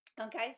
okay